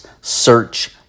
search